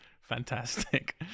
fantastic